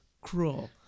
cruel